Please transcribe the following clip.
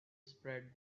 spread